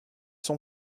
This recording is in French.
sont